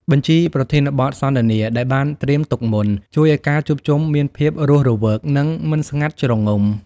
បញ្ជីប្រធានបទសន្ទនា ដែលបានត្រៀមទុកមុន ជួយឱ្យការជួបជុំមានភាពរស់រវើក និងមិនស្ងាត់ជ្រងំ។